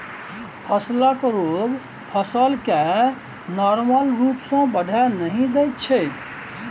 फसलक रोग फसल केँ नार्मल रुप सँ बढ़य नहि दैत छै